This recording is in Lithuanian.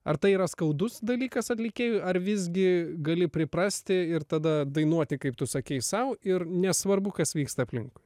ar tai yra skaudus dalykas atlikėjui ar visgi gali priprasti ir tada dainuoti kaip tu sakei sau ir nesvarbu kas vyksta aplink